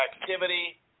activity